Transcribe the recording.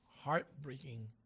heartbreaking